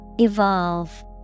evolve